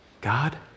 God